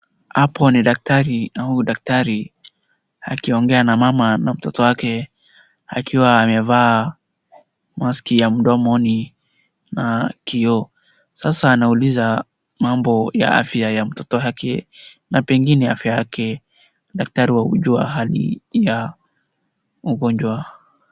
Hapo ni daktari au daktari akiongea na mama na mtoto wake akiwa amevaa mask ya mdomoni na kioo, sasa anauliza mambo ya afya ya mtoto wake na pengine afya yake, daktari wa hujua hali ya ugonjwa.